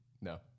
No